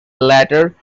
letter